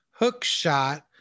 Hookshot